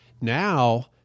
Now